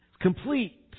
complete